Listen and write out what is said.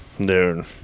dude